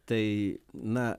tai na